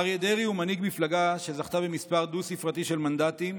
אריה דרעי הוא מנהיג מפלגה שזכתה במספר דו-ספרתי של מנדטים.